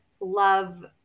love